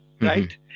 right